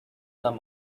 them